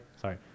sorry